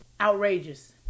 outrageous